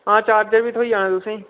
हां चार्जर बी थ्होई जाना तुसें गी